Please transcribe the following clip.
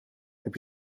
heb